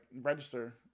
register